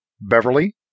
Beverly